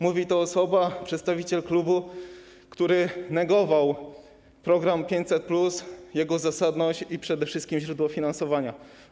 Mówi to przedstawiciel klubu, który negował istnienie programu 500+, jego zasadność i przede wszystkim źródło finansowania.